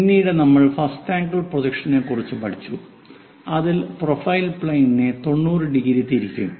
പിന്നീട് നമ്മൾ first angle പ്രൊജക്ഷനെക്കുറിച്ച് പഠിച്ചു അതിൽ പ്രൊഫൈൽ പ്ലെയിനിനെ 90 ഡിഗ്രി തിരിക്കും